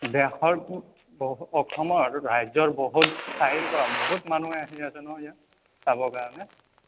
দেশৰ বহু অসমৰ ৰাজ্যৰ বহুত ঠাইৰপৰা বহুত মানুহে আহি আছে নহয় ইয়াত চাব কাৰণে